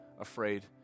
afraid